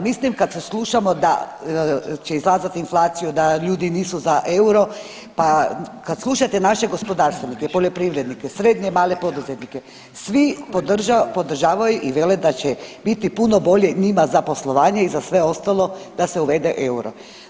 Mislim kad se slušamo da će izazvati inflaciju, da ljudi nisu za euro, pa kad slušate naše gospodarstvenike, poljoprivrednike, srednje i male poduzetnike svi podržavaju i vele da će biti puno bolje njima za poslovanje i za sve ostalo da se uvede euro.